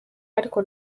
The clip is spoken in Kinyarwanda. ariko